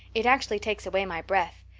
it actually takes away my breath.